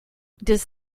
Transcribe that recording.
does